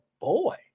boy